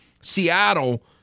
Seattle